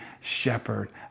shepherd